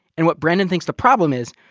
and what brandon thinks the problem is,